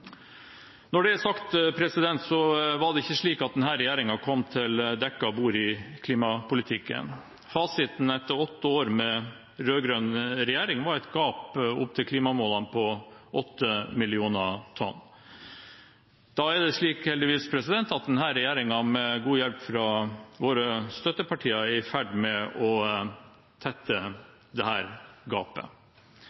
Når det er sagt, var det ikke slik at denne regjeringen kom til dekket bord i klimapolitikken. Fasiten etter åtte år med rød-grønn regjering var et gap opp til klimamålene på 8 millioner tonn. Da er det heldigvis slik at denne regjeringen, med god hjelp fra våre støttepartier, er i ferd med å tette